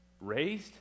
raised